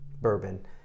bourbon